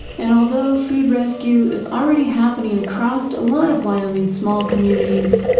and although food rescue is already happening across a lot of wyoming's small communities,